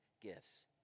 gifts